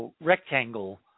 rectangle